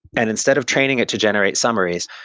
and instead of training it to generate summaries,